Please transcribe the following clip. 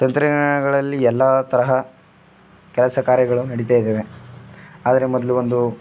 ತಂತ್ರಜ್ಞಾನಗಳಲ್ಲಿ ಎಲ್ಲ ತರಹ ಕೆಲಸ ಕಾರ್ಯಗಳು ನಡೀತಾಯಿದ್ದೇವೆ ಆದರೆ ಮೊದಲು ಒಂದು